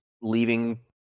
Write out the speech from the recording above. leaving